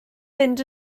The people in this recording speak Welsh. fynd